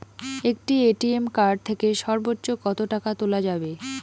একটি ATM card থেকে সর্বোচ্চ কত টাকা তোলা যাবে?